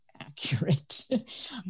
accurate